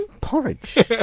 porridge